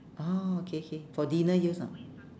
oh okay okay for dinner use ah